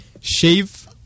shave